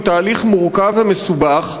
הוא תהליך מורכב ומסובך,